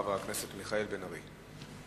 חבר הכנסת מיכאל בן-ארי,